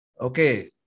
Okay